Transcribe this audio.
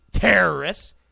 Terrorists